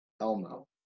Elmo